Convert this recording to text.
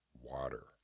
water